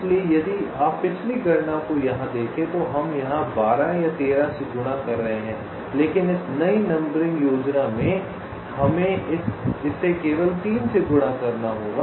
इसलिए यदि आप पिछली गणना को यहां देखें तो यहां हम 12 या 13 से गुणा कर रहे हैं लेकिन इस नई नंबरिंग योजना में हमें इसे केवल 3 से गुणा करना होगा